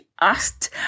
asked